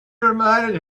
reminded